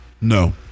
No